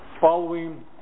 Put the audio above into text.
following